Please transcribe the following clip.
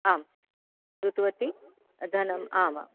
आं कृतवती धनम् आमां